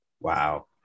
wow